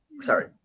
sorry